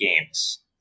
Games